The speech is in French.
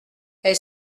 est